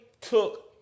took